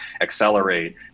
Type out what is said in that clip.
accelerate